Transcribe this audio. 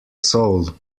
soul